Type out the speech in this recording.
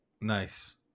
Nice